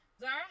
Zara